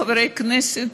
חברי הכנסת,